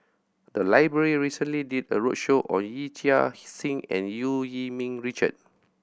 the library recently did a roadshow on Yee Chia Hsing and Eu Yee Ming Richard